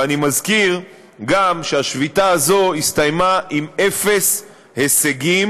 ואני גם מזכיר שהשביתה הזאת הסתיימה עם אפס הישגים,